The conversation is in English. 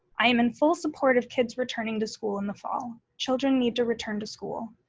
i am in full support of kids returning to school in the fall. children need to return to school.